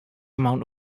amount